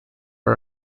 are